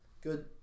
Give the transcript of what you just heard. Good